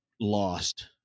lost